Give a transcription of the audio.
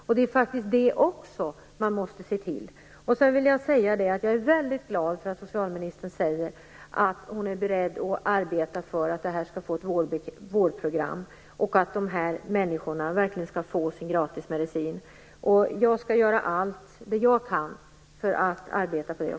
Även detta måste man tänka på. Jag är väldigt glad att socialministern säger att hon är beredd att arbeta för att man skall ta fram vårdprogram och att dessa människor verkligen skall få gratis medicin. Jag skall också göra allt jag kan för att arbeta för detta.